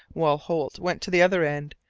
while holt went to the other end,